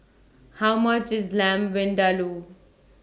How much IS Lamb Vindaloo